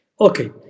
Okay